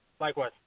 Likewise